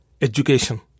education